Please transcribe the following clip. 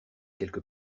quelque